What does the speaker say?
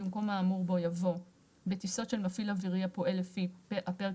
במקום האמור בו יבוא "בטיסות של מפעיל אווירי הפועל לפי הפרק